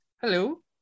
Hello